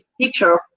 picture